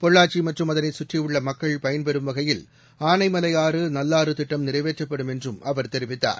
பொள்ளாச்சிமற்றும் அதனைசுற்றியுள்ளமக்கள் பயன்பெறும் வகையில் ஆனைமலையாறு நல்லாறுதிட்டம் நிறைவேற்றப்படும் என்றும் அவர் தெரிவித்தார்